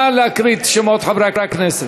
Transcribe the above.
נא להקריא את שמות חברי הכנסת.